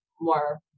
more